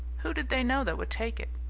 who did they know that would take it?